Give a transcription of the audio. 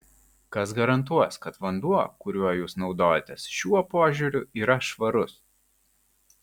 kas garantuos kad vanduo kuriuo jūs naudojatės šiuo požiūriu yra švarus